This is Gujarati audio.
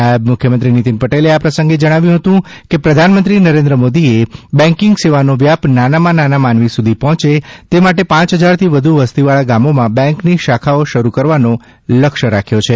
નાયબ મુખ્યમંત્રી શ્રી નીતિનભાઇ પટેલે આ પ્રસંગે જણાવ્યું કે પ્રધાનમંત્રી શ્રી નરેન્દ્રભાઇ મોદીએ બેન્કીંગ સેવાઓનો વ્યાપ નાનામાં નાના માનવી સુધી પહોચે તે માટે પાંચ હજારથી વ્યુ વસ્તીવાળા ગામોમાં બેન્કની શાખાઓ શરૂ કરવાનો લક્ષ્ય રાખ્યો છે